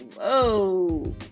Whoa